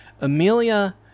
Amelia